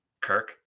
Kirk